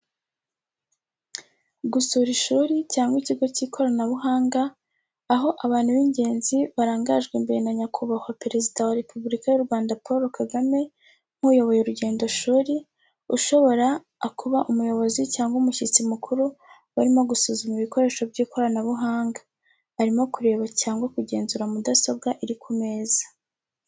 Gusura ishuri cyangwa ikigo cy’ikoranabuhanga aho abantu b’ingenzi, barangajwe imbere na nyakubahwa Perezida wa Repubulika y'u Rwanda Paul Kagame nk’uyoboye urugendoshuri ushobora akuba umuyobozi cyangwa umushyitsi mukuru barimo gusuzuma ibikoresho by’ikoranabuhanga. Arimo kureba cyangwa kugenzura mudasobwa iri ku meza.